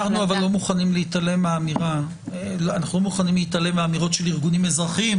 אנחנו לא מוכנים להתעלם מהאמירות של ארגונים אזרחיים,